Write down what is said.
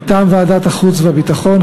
מטעם ועדת החוץ והביטחון,